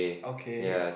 okay